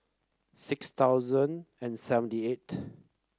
six thousand and seventy eight